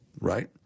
Right